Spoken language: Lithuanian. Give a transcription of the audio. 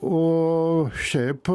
o šiaip